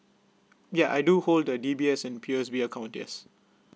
yeah I do hold the D_B_S and P_O_S_B account yes